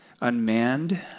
unmanned